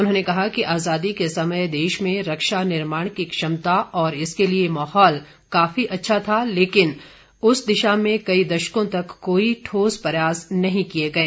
उन्होंने कहा कि आजादी के समय देश में रक्षा निर्माण की क्षमता और उसके लिए माहौल काफी अच्छा था लेकिन इस दिशा में कई दशकों तक कोई ठोस प्रयास नहीं किए गए